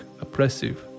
oppressive